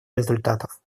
результатов